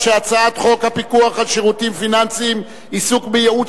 חוק הפיקוח על שירותים פיננסיים (עיסוק בייעוץ